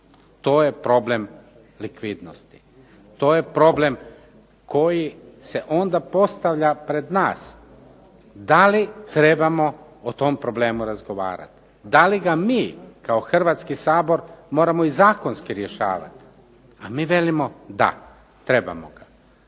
To je problem likvidnosti. To je problem koji se onda postavlja pred nas da li trebamo o tom problemu razgovarati, da li ga mi kao Hrvatski sabor moramo i zakonski rješavati. A mi velimo, da, trebamo ga.